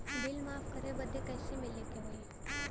Bill माफ करे बदी कैसे मिले के होई?